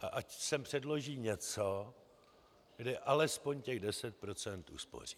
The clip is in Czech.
A ať sem předloží něco, kde alespoň těch 10 % uspoří.